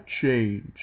change